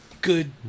good